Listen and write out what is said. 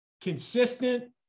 consistent